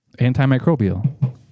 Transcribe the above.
Antimicrobial